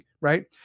right